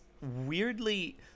weirdly